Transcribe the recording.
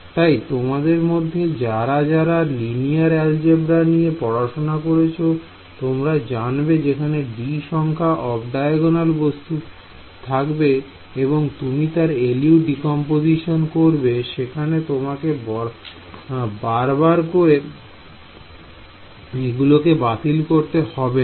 তাই তোমাদের মধ্যে যারা যারা লিনিয়ার অ্যালজেবরা নিয়ে পড়াশোনা করেছ তোমরা জানবে যখন d সংখ্যক অফ ডায়াগোনাল বস্তু থাকবে এবং তুমি তার LU ডিকম্পোজিশন করবে সেখানে তোমাকে বারবার করে র গুলোকে বাতিল করতে হবে না